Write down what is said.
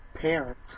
parents